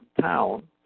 town